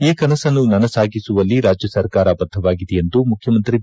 ಈ ಕನಸನ್ನು ನನಸಾಗಿಸುವಲ್ಲಿ ರಾಜ್ಯ ಸರ್ಕಾರ ಬದ್ಧವಾಗಿದೆ ಎಂದು ಮುಖ್ಯಮಂತ್ರಿ ಬಿ